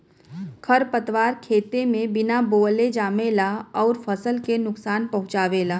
खरपतवार खेते में बिना बोअले जामेला अउर फसल के नुकसान पहुँचावेला